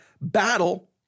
battle